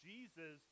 Jesus